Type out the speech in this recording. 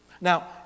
Now